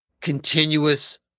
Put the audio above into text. continuous